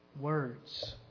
words